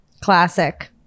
Classic